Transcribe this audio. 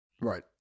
Right